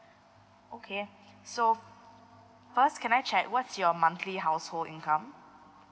okay so first can I check what's your monthly household income